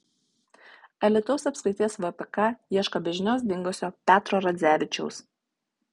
alytaus apskrities vpk ieško be žinios dingusio petro radzevičiaus